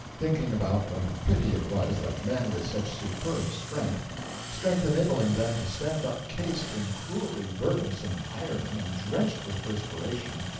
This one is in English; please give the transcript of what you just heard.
thinking about what a pity it was that men with such superb strength strength enabling them to stand up cased in cruelly burdensome iron and drenched with perspiration,